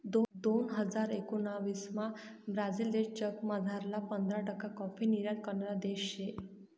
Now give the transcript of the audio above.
दोन हजार एकोणाविसमा ब्राझील देश जगमझारला पंधरा टक्का काॅफी निर्यात करणारा देश शे